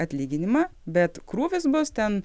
atlyginimą bet krūvis bus ten